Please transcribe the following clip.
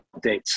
updates